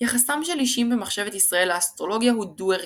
יחסם של אישים במחשבת ישראל לאסטרולוגיה הוא דו-ערכי.